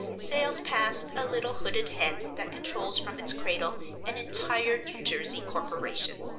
sails past a little hooded head that controls from its cradle an entire new jersey corporation.